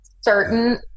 certain